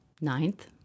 Ninth